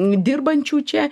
dirbančių čia